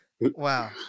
Wow